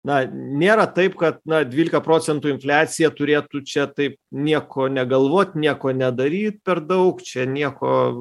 na nėra taip kad na dvylika procentų infliacija turėtų čia taip nieko negalvot nieko nedaryt per daug čia nieko